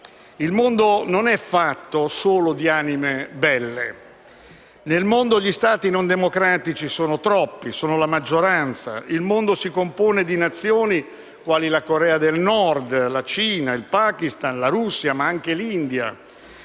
Il mondo non è fatto solo di anime belle. Nel mondo gli Stati non democratici sono troppi, sono la maggioranza. Il mondo si compone di Nazioni quali la Corea del Nord, la Cina, il Pakistan, la Russia, ma anche l'India,